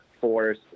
force